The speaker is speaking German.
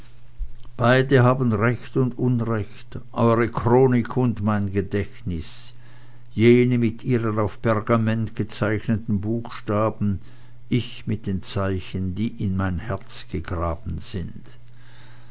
beide haben recht und unrecht eure chronik und mein gedächtnis jene mit ihren auf pergament gezeichneten buchstaben ich mit den zeichen die in mein herz gegraben sind